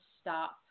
stop